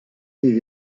ses